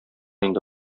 инде